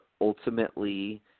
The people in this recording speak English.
ultimately